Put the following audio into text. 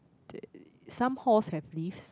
d~ some halls have lifts